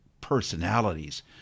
personalities